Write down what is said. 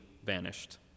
Vanished